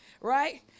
right